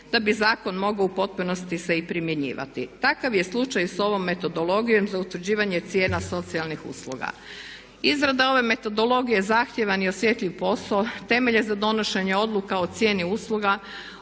da bi zakon mogao u potpunosti se i primjenjivati. Takav je slučaj i s ovom metodologijom za utvrđivanje cijena socijalnih usluga. Izrada ove metodologije zahtjevan je i osjetljiv posao. Temelje za donošenje odluka o cijeni usluga,